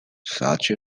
such